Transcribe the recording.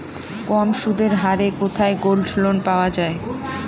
কম সুদের হারে কোথায় গোল্ডলোন পাওয়া য়ায়?